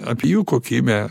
apie jų kokybę